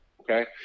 okay